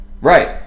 Right